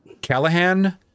Callahan